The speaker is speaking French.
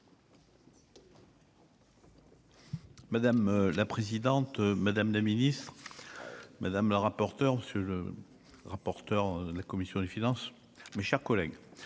Madame la présidente, madame la ministre, madame le rapporteur monsieur le rapporteur de la commission des finances, mes chers collègues,